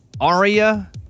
Aria